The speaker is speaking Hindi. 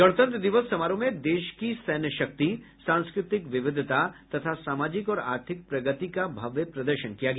गणतंत्र दिवस समारोह में देश की सैन्य शक्ति सांस्कृतिक विविधता तथा सामाजिक और आर्थिक प्रगति का भव्य प्रदर्शन किया गया